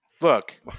Look